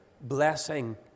blessing